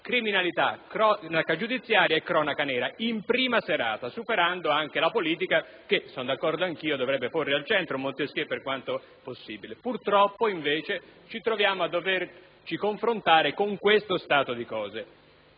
criminalità, cronaca giudiziaria e cronaca nera in prima serata, superando anche la politica che, sono d'accordo anch'io, dovrebbe porre al centro Montesquieu per quanto possibile. Purtroppo, invece, ci troviamo a doverci confrontare con questo stato di cose,